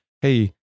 Hey